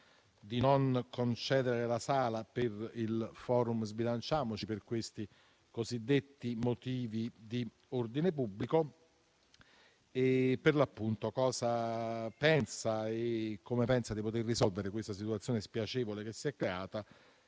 di non concedere la sala per il *forum* Sbilanciamoci per i cosiddetti motivi di ordine pubblico; cosa pensa e come pensa di poter risolvere questa situazione spiacevole che si è creata,